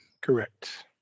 correct